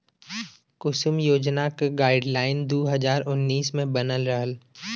कुसुम योजना क गाइडलाइन दू हज़ार उन्नीस मे बनल रहल